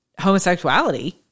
homosexuality